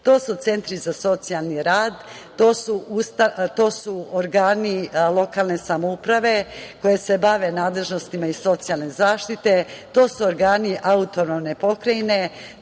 To su centri za socijalni rad, to su organi lokalne samouprave koje se bave nadležnosti zaštite, to su organi autonomne pokrajine,